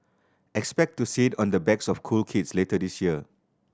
expect to see it on the backs of cool kids later this year